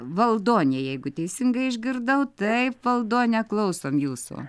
valdonė jeigu teisingai išgirdau taip valdone klausom jūsų